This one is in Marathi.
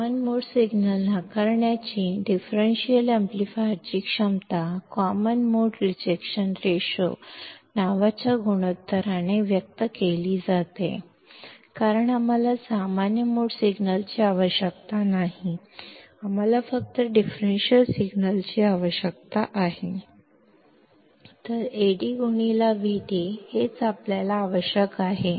कॉमन मोड सिग्नल नाकारण्याची डिफरेंशियल एम्पलीफायरची क्षमता कॉमन मोड रिजेक्शन रेशो नावाच्या गुणोत्तराने व्यक्त केली जाते कारण आम्हाला सामान्य मोड सिग्नलची आवश्यकता नाही आम्हाला फक्त डिफरेंशियल सिग्नलची आवश्यकता आहे AdVd हेच आपल्याला आवश्यक आहे